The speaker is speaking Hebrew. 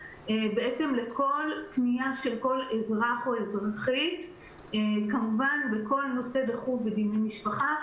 לכל פנייה של כל אזרח או אזרחית בכל נושא דחוף בדיני משפחה,